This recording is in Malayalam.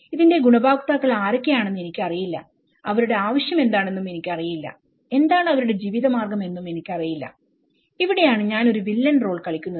ഇതിന്റെ ഗുണഭോക്താക്കൾ ആരൊക്കെയാണെന്ന് എനിക്കറിയില്ല അവരുടെ ആവശ്യം എന്താണെന്ന് എനിക്കറിയില്ല എന്താണ് അവരുടെ ജീവിത മാർഗം എന്നും എനിക്കറിയില്ല ഇവിടെയാണ് ഞാൻ ഒരു വില്ലൻ റോൾ കളിക്കുന്നത്